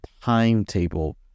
timetable